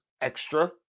extra